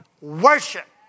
worship